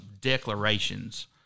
declarations